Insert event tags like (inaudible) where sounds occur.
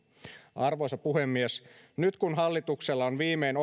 arvoisa puhemies nyt kun hallituksella on viimein (unintelligible)